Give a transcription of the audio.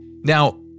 Now